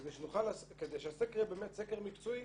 כדי שהסקר יהיה באמת סקר מקצועי